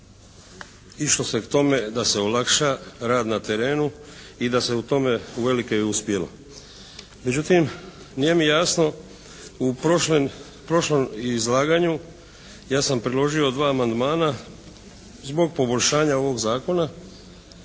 išlo se k tome da se olakša rad na terenu i da se u tome uveliko i uspjelo. Međutim, nije mi jasno u prošlom izlaganju. Ja sam predložio dva amandmana zbog poboljšanja ovog zakona.